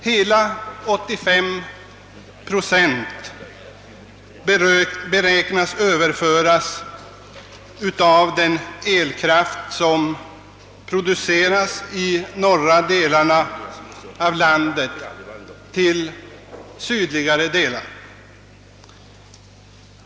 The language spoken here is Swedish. Av den elkraft som produceras i landets nordliga delar beräknas hela 85 procent bli överförd till sydligare delar.